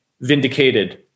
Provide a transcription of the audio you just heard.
vindicated